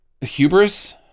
hubris